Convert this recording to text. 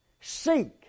Seek